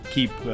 Keep